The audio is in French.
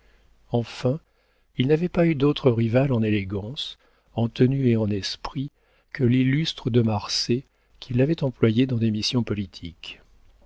enfin il n'avait pas eu d'autre rival en élégance en tenue et en esprit que l'illustre de marsay qui l'avait employé dans des missions politiques